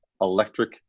electric